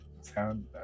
Sound